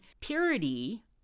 purity